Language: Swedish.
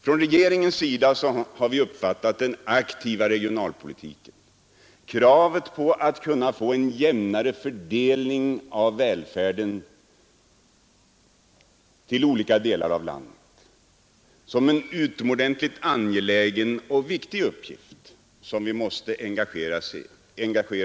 Från regeringens sida har vi uppfattat den aktiva regionalpolitiken, kravet på att kunna få en jämnare fördelning av välfärden till olika delar av landet, som en utomordentligt angelägen och viktig uppgift, som vi måste engagera oss för.